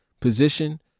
position